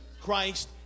Christ